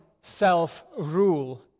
self-rule